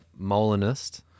Molinist